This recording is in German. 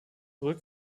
brück